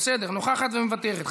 נוכחת ומוותרת,